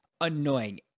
annoying